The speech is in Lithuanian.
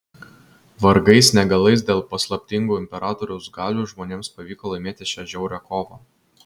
vargais negalais dėl paslaptingų imperatoriaus galių žmonėms pavyko laimėti šią žiaurią kovą